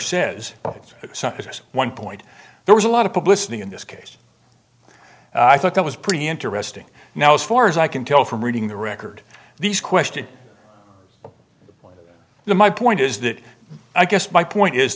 because one point there was a lot of publicity in this case i thought that was pretty interesting now as far as i can tell from reading the record these questions what the my point is that i guess my point is